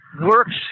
works